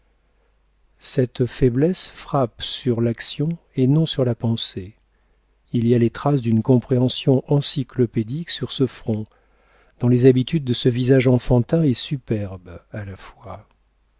cette faiblesse frappe sur l'action et non sur la pensée il y a les traces d'une compréhension encyclopédique sur ce front dans les habitudes de ce visage enfantin et superbe à la fois